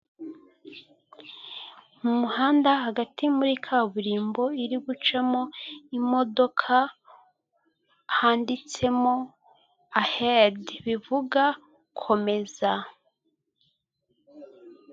Mu muhanda hagati muri kaburimbo iri gucamo imodoka; handitsemo ahedi bivuga komeza.